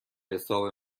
حساب